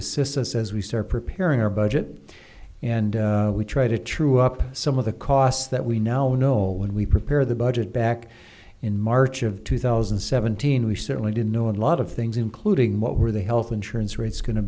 assists us as we start preparing our budget and we try to true up some of the costs that we now know when we prepare the budget back in march of two thousand and seventeen we certainly didn't know a lot of things including what were the health insurance rates going to